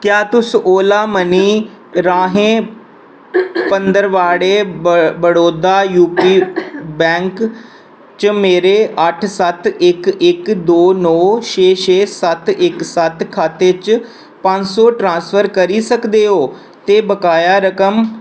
क्या तुस ओला मनी राहें पंदरबाड़ें बड़ बड़ोदा यूपी बैंक च मेरे अट्ठ सत्त इक इक दो नौ छे छे सत्त इक सत्त इक खाते च पंज सौ ट्रांसफर करी सकदे ओ ते वकाया रकम